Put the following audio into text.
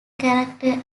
character